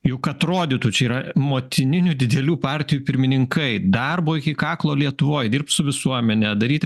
juk atrodytų čia yra motininių didelių partijų pirmininkai darbo iki kaklo lietuvoj dirbt su visuomene daryt